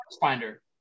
finder